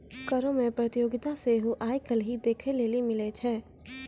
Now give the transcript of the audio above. करो मे प्रतियोगिता सेहो आइ काल्हि देखै लेली मिलै छै